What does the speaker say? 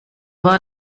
war